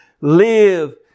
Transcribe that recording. live